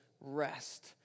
rest